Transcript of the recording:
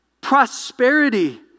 prosperity